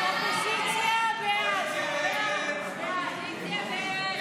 ההסתייגויות לסעיף 33